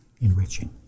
enriching